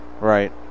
right